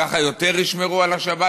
ככה יותר ישמרו על השבת?